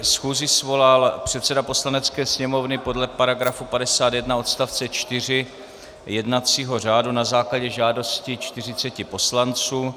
Schůzi svolal předseda Poslanecké sněmovny podle § 51 odst. 4 jednacího řádu na základě žádosti 40 poslanců.